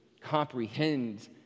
comprehend